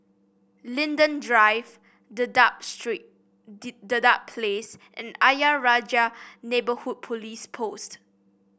Linden Drive Dedap Street Dedap Place and Ayer Rajah Neighbourhood Police Post